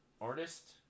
artist